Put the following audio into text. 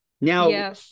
Now